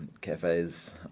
cafes